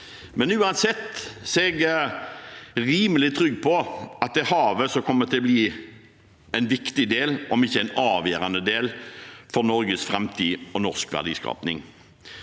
Men uansett er jeg rimelig trygg på at havet kommer til å bli en viktig, om ikke avgjørende, del for Norges framtid og norsk verdiskaping.